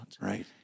Right